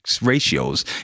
ratios